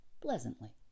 pleasantly